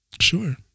Sure